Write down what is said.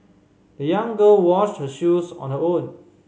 the young girl washed her shoes on her own